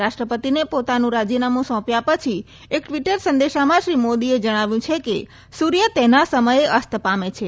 રાષ્ટ્રપતિને પોતાનું રાજીનામું સોંપ્યા પછી એકટ્વીટ સંદેશમાં શ્રી મોદીએ જણાવ્યું છે કે સૂર્ય તેના સમયે અસ્ત પામે છે